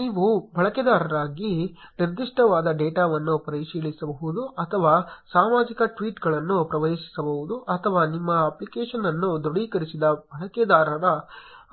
ನೀವು ಬಳಕೆದಾರರಿಗೆ ನಿರ್ದಿಷ್ಟವಾದ ಡೇಟಾವನ್ನು ಪ್ರವೇಶಿಸಬಹುದು ಅಥವಾ ಸಾರ್ವಜನಿಕ ಟ್ವೀಟ್ ಗಳನ್ನು ಪ್ರವೇಶಿಸಬಹುದು ಅಥವಾ ನಿಮ್ಮ ಅಪ್ಲಿಕೇಶನ್ ಅನ್ನು ದೃಢೀಕರಿಸಿದ ಬಳಕೆದಾರರ